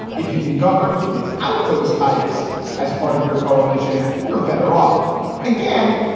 if you can govern without those types as part of your coalition, you're better off again.